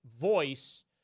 voice